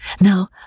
Now